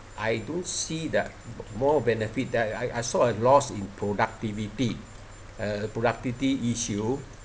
I don't see that more benefit that I I saw a loss in productivity uh productivity issue